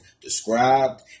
described